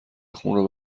خون